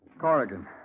Corrigan